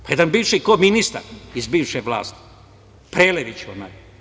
Jedan bivši koministar iz bivše vlasti, Prelević onaj.